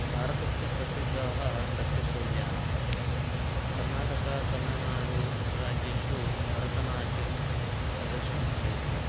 भारतस्य प्रसिद्धाः नृत्यशैल्या कर्नाटकतमिळ्नाडुराज्येषु भरतनाट्यं प्रदर्शनं क्रियते